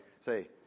say